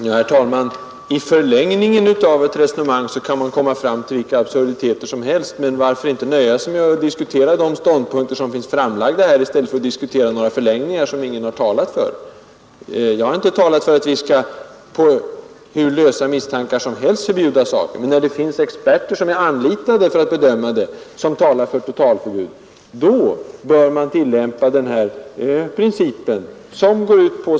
Herr talman! I förlängningen av ett resonemang kan man komma fram till vilka konstigheter som helst. Men varför inte nöja sig med att diskutera de ståndpunkter som finns framlagda här, i stället för att diskutera några förlängningar som ingen har talat för? Jag anser inte att vi på hur lösa misstankar som helst skall förbjuda saker. Men när det finns experter, som är anlitade för att bedöma detta och som talar för totalförbud, då bör man tillämpa den här nya principen.